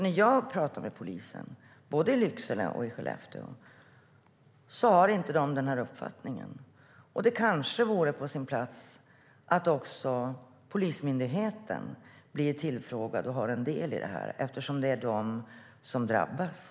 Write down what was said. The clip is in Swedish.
När jag pratar med polisen, både i Lycksele och i Skellefteå, får jag nämligen inte höra att de har den uppfattningen. Det kanske vore på sin plats att också polismyndigheten blir tillfrågad och har en del i detta, eftersom det är de som drabbas.